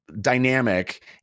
dynamic